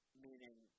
meaning